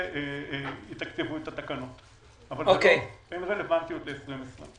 יתקצבו את התקנות אבל אין רלוונטיות ל-2020.